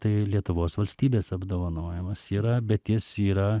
tai lietuvos valstybės apdovanojimas yra bet jis yra